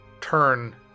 turn